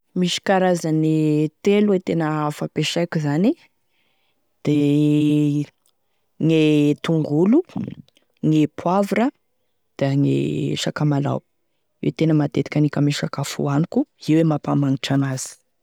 Misy karazany e telo e fampiasaiko zany de gne tongolo, gne poivre da gne sakamalaho, io e tena matetiky aniko ame sakafo hoaniko io e mampamagnitry an'azy.